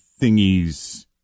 thingies